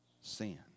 sin